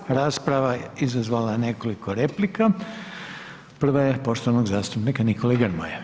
Vaša je rasprava izazvala nekoliko replika, prva je poštovanog zastupnika Nikole Grmoje.